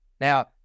Now